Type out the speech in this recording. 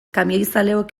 kamioizaleok